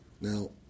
Now